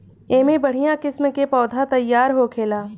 एमे बढ़िया किस्म के पौधा तईयार होखेला